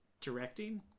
directing